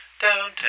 downtown